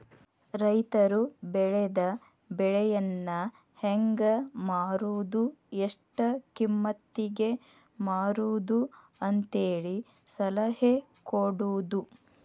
ರೈತರು ಬೆಳೆದ ಬೆಳೆಯನ್ನಾ ಹೆಂಗ ಮಾರುದು ಎಷ್ಟ ಕಿಮ್ಮತಿಗೆ ಮಾರುದು ಅಂತೇಳಿ ಸಲಹೆ ಕೊಡುದು